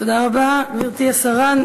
תודה רבה, גברתי השרה.